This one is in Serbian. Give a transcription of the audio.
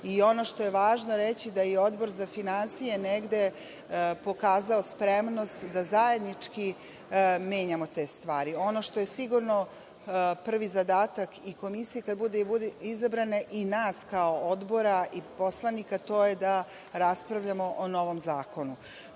što je važno reći je da je Odbor za finansije negde pokazao spremnost da zajednički menjamo te stvari. Ono što je sigurno prvi zadatak i Komisije kada bude izabrana i nas kao Odbora i poslanika, to je da raspravljamo o novom zakonu.